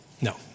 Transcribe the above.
No